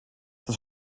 das